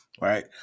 right